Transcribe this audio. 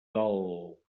del